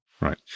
Right